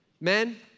Men